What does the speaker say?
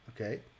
okay